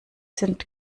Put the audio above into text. sind